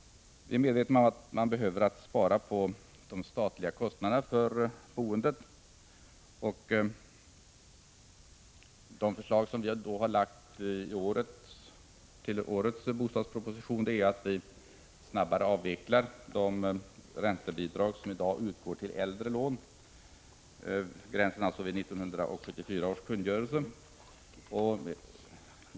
Vi är medvetna om att man behöver spara på de statliga kostnaderna för boendet. De förslag som har lagts fram med anledning av årets bostadsproposition innebär bl.a. att de räntebidrag som i dag utgår till äldre lån skall avvecklas snabbare.